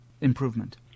improvement